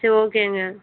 சரி ஓகேங்க